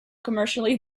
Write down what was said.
commercially